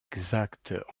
exactes